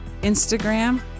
Instagram